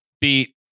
Beat